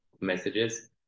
messages